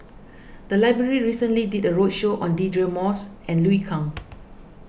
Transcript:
the library recently did a roadshow on Deirdre Moss and Liu Kang